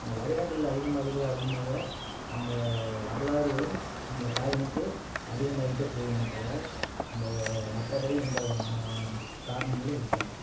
இந்த வருடங்கள் அதிகம் அதிக அதிகமாக அவங்க வரலாறுகளும் அந்த காயினுக்கு அதிகமாகிட்டே போகுமே தவிர அந்த மற்றபடி எந்த விதமான காரணங்களும் இருக்காது